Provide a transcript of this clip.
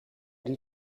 die